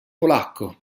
polacco